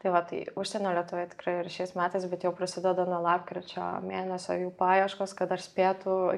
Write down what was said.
tai va tai užsienio lietuviai tikrai ir šiais metais bet jau prasideda nuo lapkričio mėnesio jų paieškos kad dar spėtų